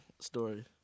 story